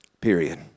period